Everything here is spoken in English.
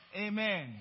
Amen